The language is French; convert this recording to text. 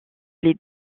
les